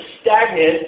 stagnant